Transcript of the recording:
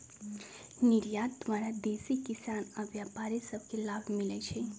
निर्यात द्वारा देसी किसान आऽ व्यापारि सभ के लाभ मिलइ छै